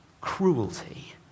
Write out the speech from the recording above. cruelty